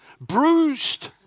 bruised